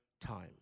time